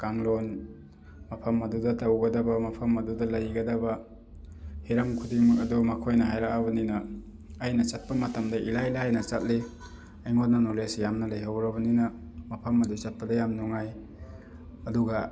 ꯀꯥꯡꯂꯣꯟ ꯃꯐꯝ ꯑꯗꯨꯗ ꯇꯧꯒꯗꯕ ꯃꯐꯝ ꯑꯗꯨꯗ ꯂꯩꯒꯗꯕ ꯍꯤꯔꯝ ꯈꯨꯗꯤꯡꯃꯛ ꯑꯗꯨ ꯃꯈꯣꯏꯅ ꯍꯥꯏꯔꯛꯑꯕꯅꯤꯅ ꯑꯩꯅ ꯆꯠꯄ ꯃꯇꯝꯗ ꯏꯂꯥꯏ ꯂꯥꯏꯅ ꯆꯠꯂꯤ ꯑꯩꯉꯣꯟꯗ ꯅꯣꯂꯦꯖ ꯌꯥꯝꯅ ꯂꯩꯍꯧꯔꯕꯅꯤꯅ ꯃꯐꯝ ꯑꯗꯨ ꯆꯠꯄꯗ ꯌꯥꯝ ꯅꯨꯡꯉꯥꯏ ꯑꯗꯨꯒ